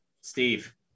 steve